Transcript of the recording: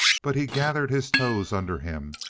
but he gathered his toes under him,